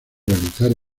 realizarse